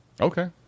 okay